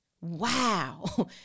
Wow